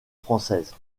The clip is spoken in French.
française